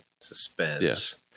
suspense